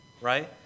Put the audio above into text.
right